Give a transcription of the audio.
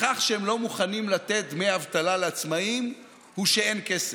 לכך שהם לא מוכנים לתת דמי אבטלה לעצמאים הוא שאין כסף.